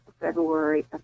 February